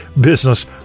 business